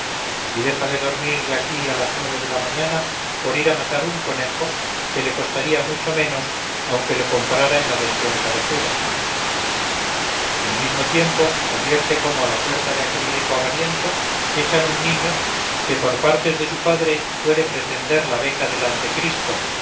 y deja de dormir de aquí a las nueve de la mañana por ir a matar un conejo que le costaría mucho menos aunque le comprara en la despensa de judas y al mismo tiempo advierte cómo a la puerta de aquel rico avariento echan un niño que por partes de su padre puede pretender la beca